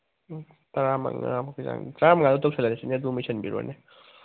ꯇꯔꯥꯃꯉꯥꯃꯨꯛꯀꯤ ꯆꯥꯡ ꯇꯔꯥꯃꯉꯥꯗꯨ ꯇꯧꯁꯤꯜꯂꯁꯤꯅꯦ ꯑꯗꯨꯃ ꯏꯁꯤꯟꯕꯤꯔꯣꯅꯦ